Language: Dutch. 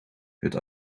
het